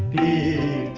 e